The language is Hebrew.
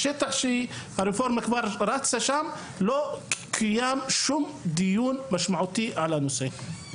שהן השטח שבו הרפורמה כבר רצה לא קיים שום דיון משמעותי על הנושא.